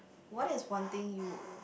what is one thing you